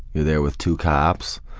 you're there with two cops,